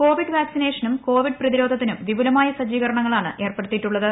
Covid വാക്സിനേഷനും Covid പ്രതിരോധത്തിനും വിപുലമായ സജ്ജീകരണങ്ങളാണ് ഏർപ്പെടുത്തിയിട്ടുള്ളത്